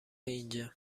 اینجا